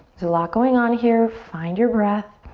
lot going on here. find your breath.